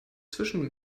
zwischen